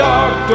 Dark